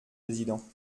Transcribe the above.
président